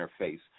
interface